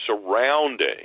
surrounding